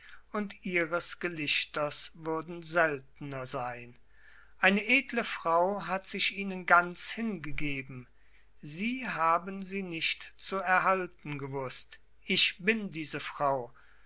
und ihres gelichters würden seltener sein eine edle frau hat sich ihnen ganz hingegeben sie haben sie nicht zu erhalten gewußt ich bin diese frau